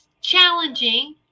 challenging